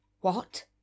What